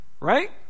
Right